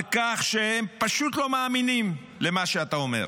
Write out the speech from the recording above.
על כך שהם פשוט לא מאמינים למה שאתה אומר.